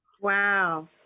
wow